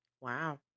Wow